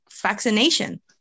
vaccination